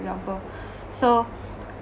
example so